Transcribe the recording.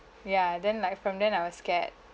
ya then like from then I was scared